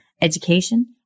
education